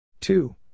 two